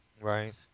right